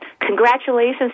Congratulations